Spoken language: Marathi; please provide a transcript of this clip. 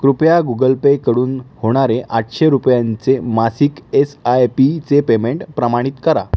कृपया गुगल पेकडून होणारे आठशे रुपयांचे मासिक एस आय पीचे पेमेंट प्रमाणित करा